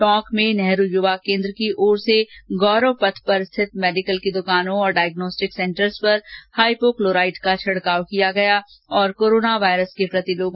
टोंक में नेहरु युवा केन्द्र की ओर से गौरव पथ पर स्थित मेडिकल की द्कानों और डाइग्नोस्टिक सेंटरों पर हाइपोक्लोराइड का छिडकाव किया गया और कोरोना वायरस के प्रति जागरुक किया गया